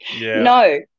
No